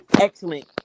excellent